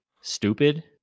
stupid